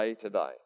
Today